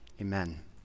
amen